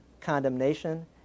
condemnation